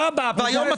אבל זה לא נכון.